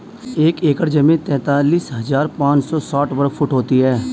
एक एकड़ जमीन तैंतालीस हजार पांच सौ साठ वर्ग फुट होती है